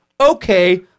Okay